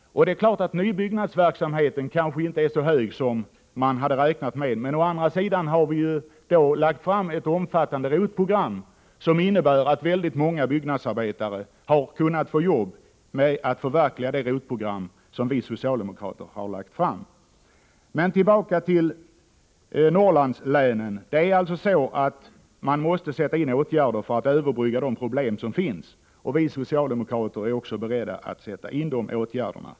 Nybyggnadsverksamheten kanske inte är så omfattande som man hade räknat med. Men å andra sidan har vi socialdemokrater lagt fram ett omfattande ROT-program, och väldigt många byggnadsarbetare har kunnat få jobb därigenom. Men tillbaka till Norrlandslänen! Man måste alltså sätta in åtgärder för att överbrygga de problem som finns. Vi socialdemokrater är också beredda att sätta in de åtgärderna.